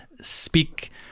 speak